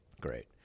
Great